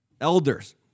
Elders